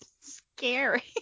Scary